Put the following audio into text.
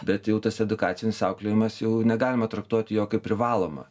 bet jau tas edukacinis auklėjimas jau negalima traktuot jo kaip privalomo